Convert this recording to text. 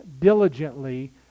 diligently